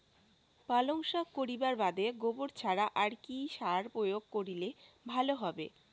পালং শাক করিবার বাদে গোবর ছাড়া আর কি সার প্রয়োগ করিলে ভালো হবে?